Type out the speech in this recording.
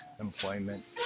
employment